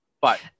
But-